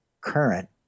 current